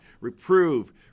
Reprove